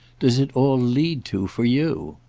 does it all lead to for you?